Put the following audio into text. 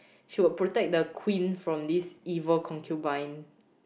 she will protect the queen from this evil concubine